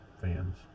fans